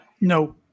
No